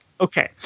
Okay